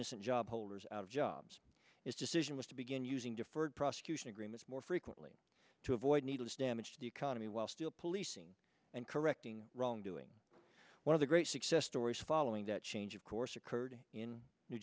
innocent job holders out of jobs is decision was to begin using deferred prosecution agreements more frequently to avoid needless damage to the economy while still policing and correcting wrongdoing one of the great success stories following that change of course occurred in new